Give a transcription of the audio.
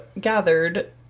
gathered